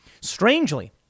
Strangely